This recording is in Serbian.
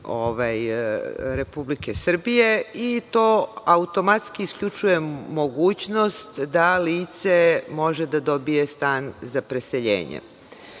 Republike Srbije. To automatski isključuje mogućnost da lice može da dobije stan za preseljenje.